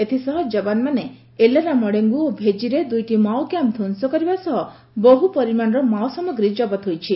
ଏଥିସହ ଯବାନ ମାନେ ଏଲାରାମଡେଙ୍ଙୁ ଓ ଭେଜିରେ ଦୁଇଟି ମାଓକ୍ୟାମ୍ପ ଧ୍ୱଂସ କରିବା ସହ ବହୁ ପରିମାଣରେ ମାଓ ସାମ୍ରଗୀ ଜବତ କରିଛନ୍ତି